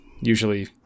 usually